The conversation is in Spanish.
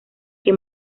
que